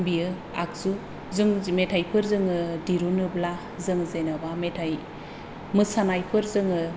बियो आगजु जों मेथाइफोर जोङो दिरुनोब्ला जों जेनेबा मेथाइ मोसानायफोर जोङो